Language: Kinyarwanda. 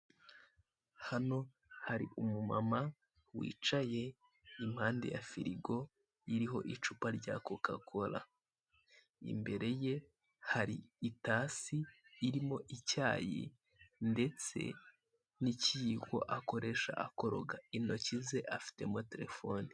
Hano hari umumama wicaye impande ya firigo iriho icupa rya koka kola, imbere ye hari itasi irimo icyayi ndetse n'ikiyiko akoresha akoroga, intoki ze afitemo telefone.